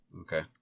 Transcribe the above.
okay